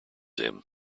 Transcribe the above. him